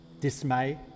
dismay